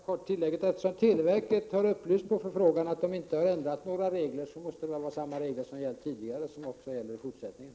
Herr talman! Jag vill bara kort göra det tillägget, att eftersom televerket på förfrågan har upplyst om att man inte har ändrat några regler, måste samma regler som tidigare gälla också i fortsättningen.